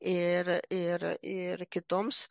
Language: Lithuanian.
ir ir ir kitoms